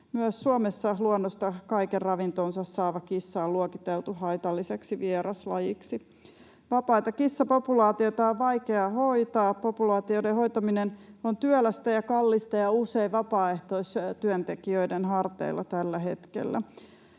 Myös Suomessa luonnosta kaiken ravintonsa saava kissa on luokiteltu haitalliseksi vieraslajiksi. Vapaita kissapopulaatioita on vaikea hoitaa. Populaatioiden hoitaminen on työlästä ja kallista ja usein vapaaehtoistyöntekijöiden harteilla tällä hetkellä.